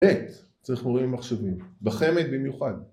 ב. צריך מורים למחשבים, בחמ"ד במיוחד